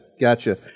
Gotcha